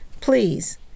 Please